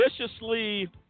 viciously